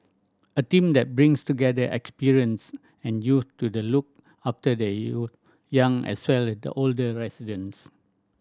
a team that brings together experience and youth to the look after the young as well as the older residents